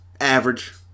average